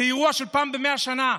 זה אירוע של פעם במאה שנה.